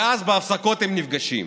ואז בהפסקות הם נפגשים.